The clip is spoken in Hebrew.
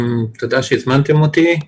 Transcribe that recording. תודה שהזמנתם אותי.